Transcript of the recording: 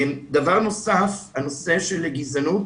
הנושא של גזענות.